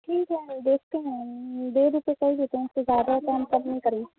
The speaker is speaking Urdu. ٹھیک ہے دیکھتے ہیں ڈیڑھ روپے کر دیتے ہیں اس سے زیادہ کم کر نہیں کریں